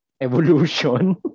Evolution